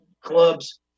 clubs